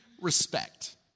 respect